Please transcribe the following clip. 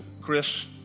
Chris